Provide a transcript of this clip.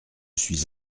suis